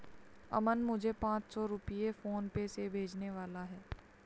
अमन मुझे पांच सौ रुपए फोनपे से भेजने वाला है